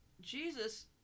Jesus